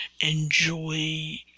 enjoy